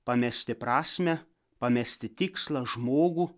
pamesti prasmę pamesti tikslą žmogų